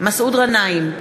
מסעוד גנאים,